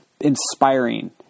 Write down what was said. inspiring